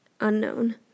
Unknown